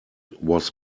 was